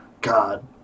God